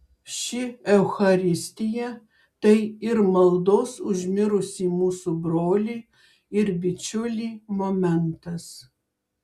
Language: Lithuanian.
ši eucharistija tai ir maldos už mirusį mūsų brolį ir bičiulį momentas